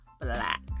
Black